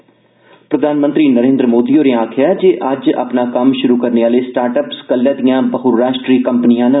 क प्रधानमंत्री नरेन्द्र मोदी होरें आक्खेआ ऐ जे अज्ज अपना कम्म शुरू करने आले स्टार्ट अप्स कल्लै दियां बहुराश्ट्रीय कंपनियां न